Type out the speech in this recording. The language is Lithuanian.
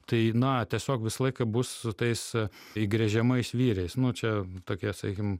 tai na tiesiog visą laiką bus su tais įgręžiamais vyriais nu čia tokie sakykim